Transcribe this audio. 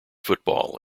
football